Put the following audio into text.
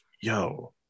Yo